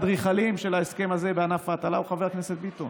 כי אחד האדריכלים של ההסכם הזה בענף ההטלה הוא חבר הכנסת ביטון.